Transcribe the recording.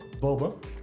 Boba